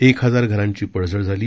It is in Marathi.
एक हजार घरांची पडझड झाली